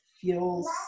feels